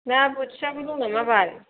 ना बोथियाबो दं नामाबाल